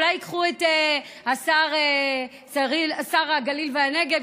אולי ייקחו את שר הגליל והנגב,